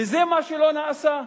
וזה מה שלא נעשה.